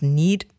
need